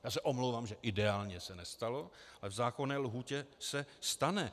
Já se omlouvám, že ideálně se nestalo, ale v zákonné lhůtě se stane.